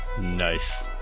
Nice